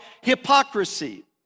hypocrisy